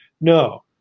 No